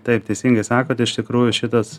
taip teisingai sakot iš tikrųjų šitas